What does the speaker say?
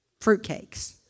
Fruitcakes